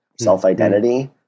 self-identity